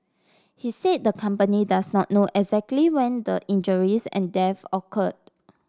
he said the company does not know exactly when the injuries and death occurred